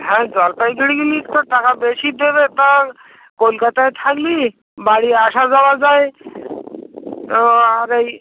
হ্যাঁ জলপাইগুড়ি গেলে তো টাকা বেশী দেবে তার কলকাতায় থাকলে বাড়ি আসা যাওয়া যায় তো আর এই